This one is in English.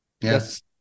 Yes